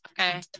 okay